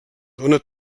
dóna